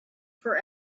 for